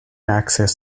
access